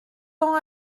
ans